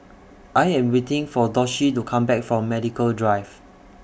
I Am waiting For Doshie to Come Back from Medical Drive